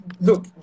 look